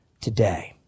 today